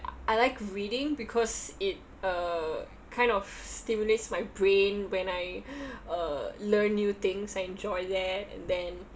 I like reading because it uh kind of stimulates my brain when I uh learn new things I enjoy there and then